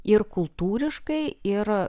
ir kultūriškai ir